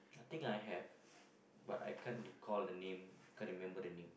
I think I have but I can'r recall the name can't rmember the name